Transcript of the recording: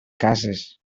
cases